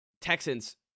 Texans